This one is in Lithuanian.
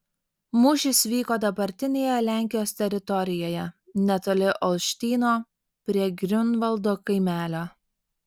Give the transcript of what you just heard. mūšis vyko dabartinėje lenkijos teritorijoje netoli olštyno prie griunvaldo kaimelio